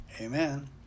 Amen